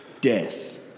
death